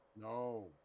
No